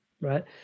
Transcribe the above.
right